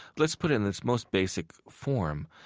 let's put it in this most basic form.